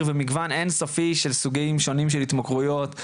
ומגוון אין סופי של סוגים שונים של התמכרויות,